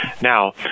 now